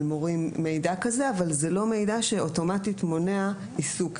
על מורים אבל זהו לא מידע שמונע עיסוק אוטומטית,